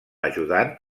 ajudant